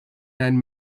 nine